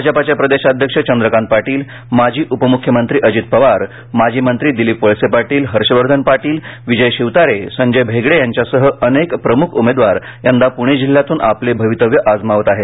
भाजपाचे प्रदेशाध्यक्ष चंद्रकांत पाटील माजी उपमृख्यमंत्री अजित पवार माजी मंत्री दिलीप वळसे पाटील हर्षवर्धन पाटील विजय शिवतारे संजय भेगडे यांच्यासह अनेक प्रमुख उमेदवार यंदा पुणे जिल्ह्यातून आपले भवितव्य आजमावत आहेत